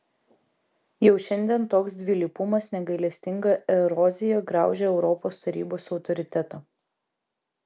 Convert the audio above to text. jau šiandien toks dvilypumas negailestinga erozija graužia europos tarybos autoritetą